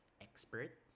expert